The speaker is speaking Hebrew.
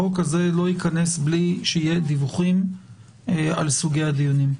החוק לא ייכנס בלי שיהיו דיווחים על סוגי הדיונים.